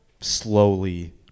slowly